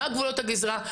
מה גבולות הגזרה,